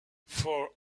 for